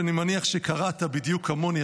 שאני מניח שקראת השבת בדיוק כמוני,